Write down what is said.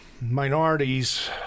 minorities